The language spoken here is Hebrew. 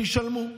שישלמו.